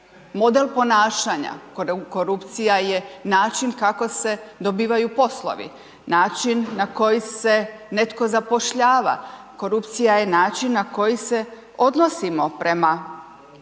model ponašanja, korupcija je način kako se dobivaju poslovi, način na koji se netko zapošljava, korupcija je način na koji se odnosimo prema svemu